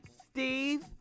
Steve